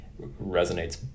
resonates